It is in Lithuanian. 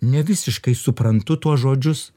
nevisiškai suprantu tuos žodžius